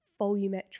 Volumetric